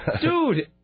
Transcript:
Dude